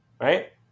Right